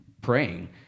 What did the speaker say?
praying